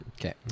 Okay